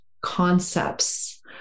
concepts